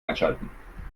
einschalten